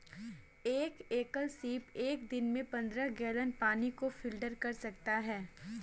एक एकल सीप एक दिन में पन्द्रह गैलन पानी को फिल्टर कर सकता है